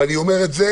ואני אומר את זה